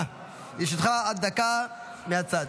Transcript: לרשותך עד דקה מהצד.